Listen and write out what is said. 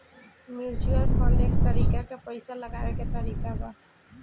mutual fund एक तरीका के पइसा लगावे के तरीका बा